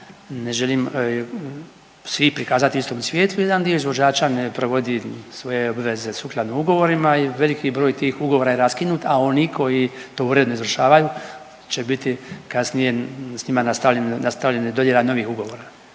ne želim svi prikazati u istom svjetlu, jedan dio izvođača ne provodi svoje obveze sukladno ugovorima i veliki broj tih ugovora je raskinut, a oni koji to uredno izvršavaju će biti kasnije s njima nastavljeni, nastavljeni i dodjela novih ugovora.